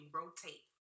rotate